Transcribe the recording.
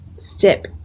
step